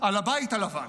על הבית הלבן,